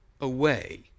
Away